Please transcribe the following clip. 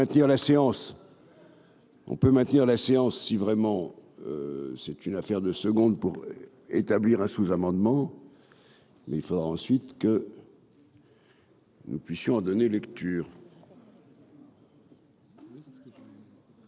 On peut maintenir la séance si vraiment c'est une affaire de seconde pour établir un sous-amendement, mais il faudra ensuite que. Nous puissions a donné lecture.